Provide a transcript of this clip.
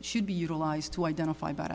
should be utilized to identify bad